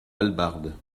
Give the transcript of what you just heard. hallebarde